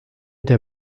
der